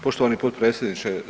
Poštovani potpredsjedniče.